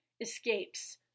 Escapes